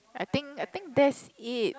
I think I think that's it